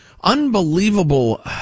unbelievable